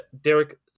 Derek